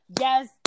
Yes